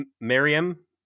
Miriam